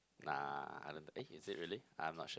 nah I don't eh is it really I am not sure